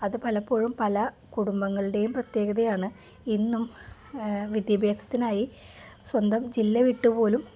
അത് പലപ്പോഴും പല കുടുംബങ്ങളുടെയും പ്രത്യേകതയാണ് ഇന്നും വിദ്യാഭ്യാസത്തിനായി സ്വന്തം ജില്ല വിട്ടു പോലും